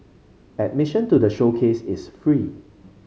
admission to the showcase is free